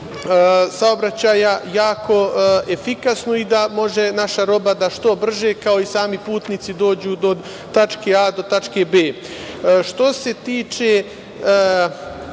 saobraćaja jako efikasnu i da može naša roba da što brže, kao i sami putnici, dođe od tačke A do tačke B.Što se tiče